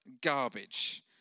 garbage